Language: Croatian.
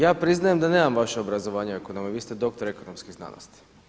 Ja priznajem da nemam vaše obrazovanje ekonomije, vi ste doktor ekonomskih znanosti.